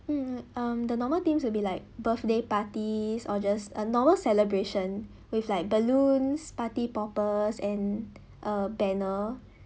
mm um the normal themes will be like birthday parties or just a normal celebration with like balloons party poppers and a banner